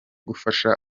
gufasha